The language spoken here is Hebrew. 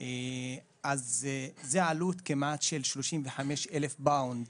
אז זו עלות של כמעט 35 אלף פאונד